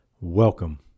welcome